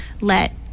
let